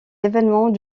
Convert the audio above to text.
événements